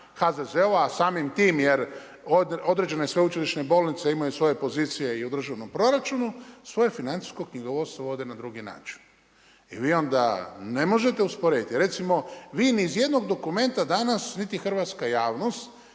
HZZO-a, a samim time jer određene sveučilišne bolnice imaju svoje pozicije i u državnom proračunu, svoje financijsko knjigovodstvo vode na drugi način. I vi onda ne možete usporediti, recimo vi ni iz jednog dokumenta danas niti hrvatska javnost,